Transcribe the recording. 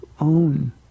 own